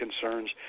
concerns